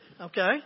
Okay